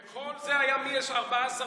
וכל זה היה מ-14 ביוני?